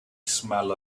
smell